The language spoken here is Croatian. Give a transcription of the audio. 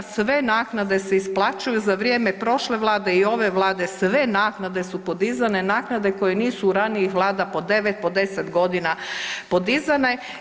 Sve naknade se isplaćuju za vrijeme prošle Vlade i ove Vlade sve naknade su podizane, naknade koje nisu u ranijih vlada po 9, po 10 godina podizane.